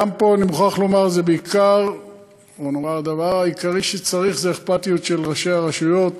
גם פה אני מוכרח לומר שהדבר העיקרי שצריך זה אכפתיות של ראשי הרשויות,